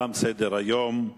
תם סדר-היום.